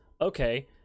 okay